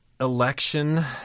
election